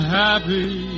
happy